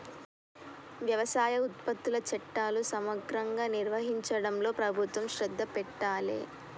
వ్యవసాయ ఉత్పత్తుల చట్టాలు సమగ్రంగా నిర్వహించడంలో ప్రభుత్వం శ్రద్ధ పెట్టాలె